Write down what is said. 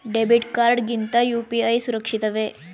Debit card ಗಿಂತ UPI ಸುರಕ್ಷಿತವೇ?